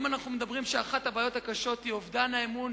אם אנחנו מדברים על כך שאחת הבעיות הקשות היא אובדן האמון